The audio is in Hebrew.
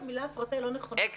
המילה הפרטה היא לא נכונה.